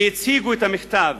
והציגו את המכתב.